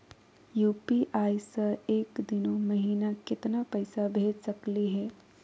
UPI स एक दिनो महिना केतना पैसा भेज सकली हे?